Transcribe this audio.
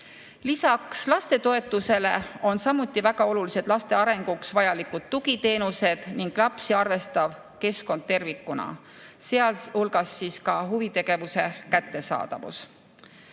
Lisaks lapsetoetusele on väga olulised laste arenguks vajalikud tugiteenused ning lapsi arvestav keskkond tervikuna, sealhulgas huvitegevuse kättesaadavus.